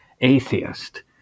atheist